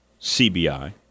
CBI